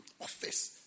office